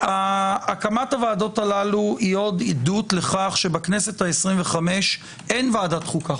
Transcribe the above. והקמת הוועדות הללו היא עוד עדות לכך שבכנסת ה-25 אין ועדת חוקה,